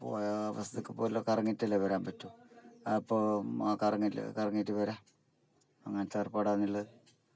അപ്പോൾ ഫസ്റ്റ് ഒക്കെ പോയാൽ കറങ്ങിയിട്ടല്ലെ വരാൻ പറ്റു അപ്പോൾ കറങ്ങ കറങ്ങിയിട്ട് വരിക അങ്ങനത്തെ ഏർപ്പാടാണ് ഉള്ളത്